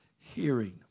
hearing